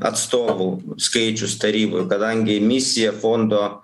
atstovų skaičius taryboj kadangi misija fondo